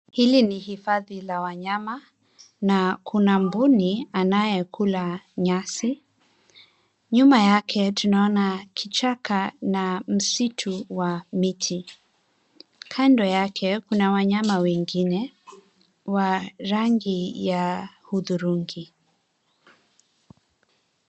Hili ni hifadhi la wanyama na kuna mbuni anayekula nyasi. Nyuma yake tunaona kichaka na msitu wa miti. Kando yake kuna wanyama wengine wa rangi ya hudhurungi.